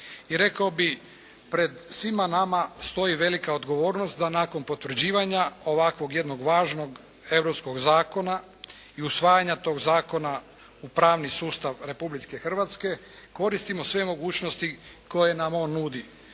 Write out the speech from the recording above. I rekao bih, pred svima nama stoji velika odgovornost da nakon potvrđivanja ovakvog jednog važnog europskog zakona i usvajanja tog zakona u pravni sustav Republike Hrvatske koristimo sve mogućnosti koje nam on nudi.